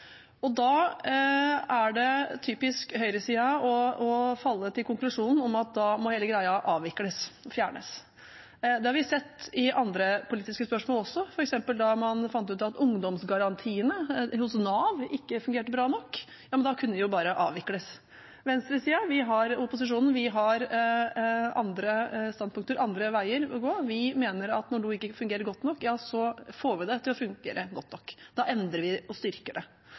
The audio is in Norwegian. Da er det typisk høyresiden å falle ned på den konklusjonen at da må hele greia avvikles og fjernes. Det har vi sett i andre politiske spørsmål også. For eksempel da man fant ut at ungdomsgarantien hos Nav ikke fungerte bra nok, kunne den jo bare avvikles. Venstresiden, opposisjonen, har andre standpunkter, andre veier å gå. Vi mener at når noe ikke fungerer godt nok, får vi det til å fungere godt nok. Da endrer og styrker vi det. Det var derfor Arbeiderpartiet, SV, Venstre og Kristelig Folkeparti den gangen fikk flertall for at vi skulle styrke